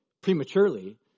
prematurely